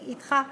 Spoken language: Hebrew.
אני אתך.